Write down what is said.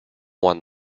one